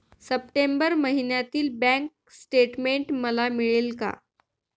September महिन्यातील bank statement मला मिळेल का?